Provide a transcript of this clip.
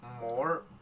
more